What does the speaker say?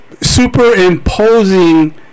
superimposing